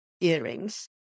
earrings